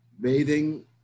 bathing